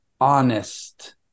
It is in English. honest